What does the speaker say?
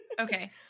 Okay